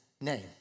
name